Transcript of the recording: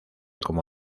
como